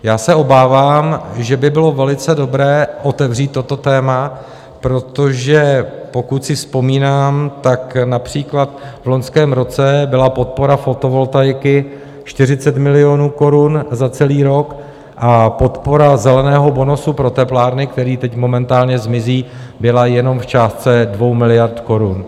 Já se obávám , že by bylo velice dobré otevřít toto téma, protože pokud si vzpomínám, například v loňském roce byla podpora fotovoltaiky 40 milionů korun za celý rok a podpora zeleného bonusu pro teplárny, který teď momentálně zmizí, byla jenom v částce 2 miliard korun.